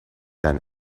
than